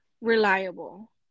reliable